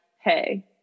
hey